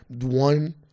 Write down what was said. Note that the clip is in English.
one